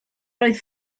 oedd